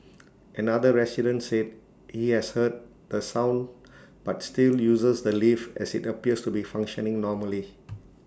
another resident said he has heard the sound but still uses the lift as IT appears to be functioning normally